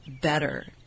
better